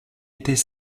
était